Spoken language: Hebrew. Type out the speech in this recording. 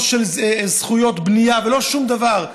לא של זכויות בנייה ולא שום דבר.